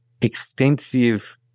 extensive